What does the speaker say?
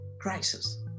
crisis